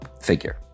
figure